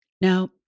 Now